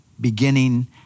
beginning